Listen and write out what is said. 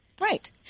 Right